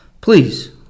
Please